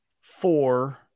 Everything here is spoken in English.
four